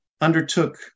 undertook